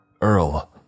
Earl